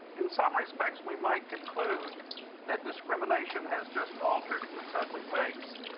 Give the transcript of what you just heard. in some respects, we might conclude that discrimination has just altered its ugly face.